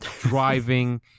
driving